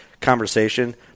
conversation